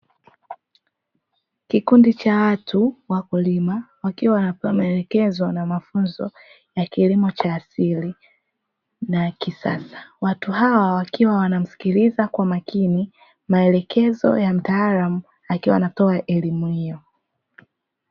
Kikundi cha watu wakulima wakiwa wanapewa maelekezo na mafunzo ya kilimo cha asili na kisasa. Watu hawa wakiwa wanamsikiliza kwa makini maelekezo ya mtaalamu akiwa anatoa elimu hiyo.